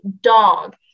dog